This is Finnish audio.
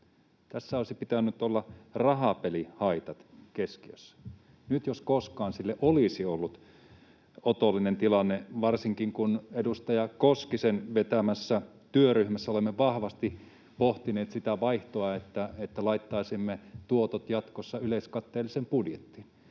Tässä olisi pitänyt olla keskiössä rahapelihaitat. Nyt jos koskaan sille olisi ollut otollinen tilanne, varsinkin kun edustaja Koskisen vetämässä työryhmässä olemme vahvasti pohtineet sitä vaihtoa, että laittaisimme tuotot jatkossa yleiskatteelliseen budjettiin.